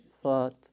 thought